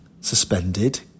suspended